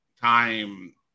time